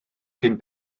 cyn